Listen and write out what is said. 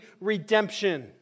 redemption